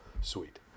sweet